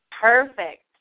Perfect